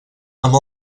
amb